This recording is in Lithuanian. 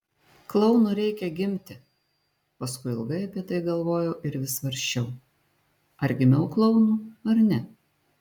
klounu reikia gimti paskui ilgai apie tai galvojau ir vis svarsčiau ar gimiau klounu ar ne